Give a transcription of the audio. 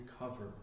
recover